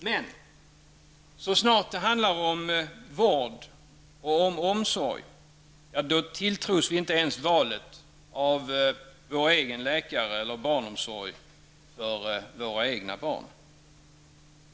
Men så snart det handlar om vård och omsorg -- ja, då tilltros vi inte ens valet av vår egen läkare eller barnomsorg för våra egna barn.